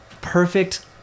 perfect